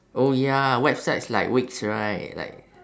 oh ya websites like wix right like